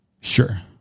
Sure